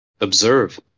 observe